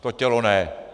To tělo ne.